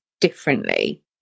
differently